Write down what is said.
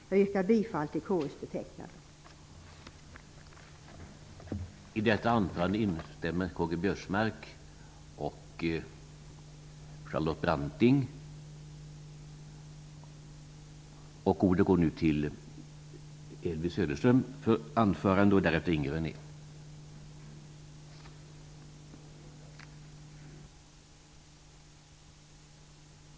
Jag yrkar bifall till konstitutionsutskottets hemställan i betänkandet.